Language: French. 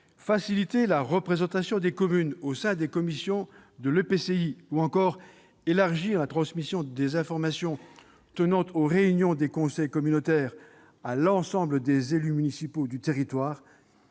faciliter la représentation des communes au sein des commissions de l'EPCI ou encore élargir la transmission des informations tenant aux réunions des conseils communautaires à l'ensemble des élus municipaux du territoire